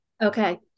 Okay